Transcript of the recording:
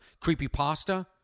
Creepypasta